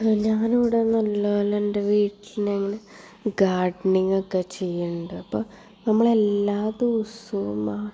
ഞാൻ ഇവിടെയൊന്നും അല്ലല്ലോ എല്ലാം എൻ്റെ വീട്ടിൽ ഇങ്ങനെ ഗാർഡനിംഗ് ഒക്കെ ചെയ്യുന്നുണ്ട് അപ്പോൾ നമ്മൾ എല്ലാ ദിവസവും ആ